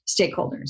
stakeholders